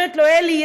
אומרת לו: אלי,